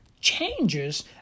changes